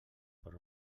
per